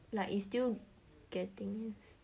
like it's still getting used